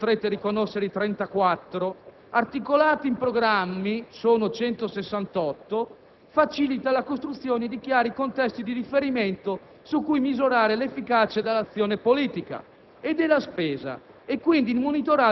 Lavorare per missioni (ne potrete riconoscere 34) articolate in programmi (sono 168) facilita la costruzione di chiari contesti di riferimento su cui misurare l'efficacia dell'azione politica